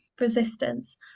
resistance